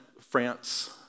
France